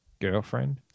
girlfriend